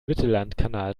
mittellandkanal